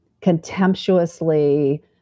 contemptuously